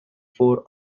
four